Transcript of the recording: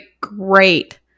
great